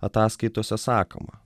ataskaitose sakoma